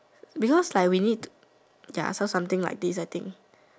because like we need I saw something like this I think